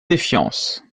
défiance